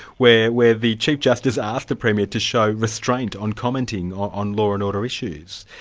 where where the chief justice asked the premier to show restraint on commenting on law and order issues,